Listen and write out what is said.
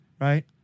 right